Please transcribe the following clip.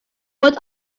what